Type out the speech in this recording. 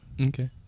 Okay